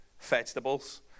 vegetables